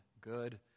good